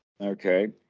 Okay